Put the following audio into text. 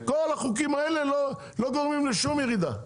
כל החוקים האלה לא גורמים לשום ירידה,